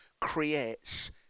creates